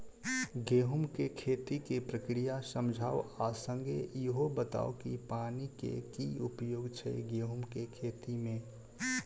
गेंहूँ केँ खेती केँ प्रक्रिया समझाउ आ संगे ईहो बताउ की पानि केँ की उपयोग छै गेंहूँ केँ खेती में?